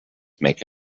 make